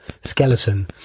skeleton